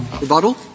Rebuttal